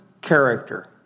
character